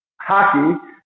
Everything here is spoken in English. hockey